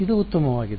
ಇದು ಉತ್ತಮವಾಗಿದೆ